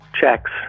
checks